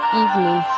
evening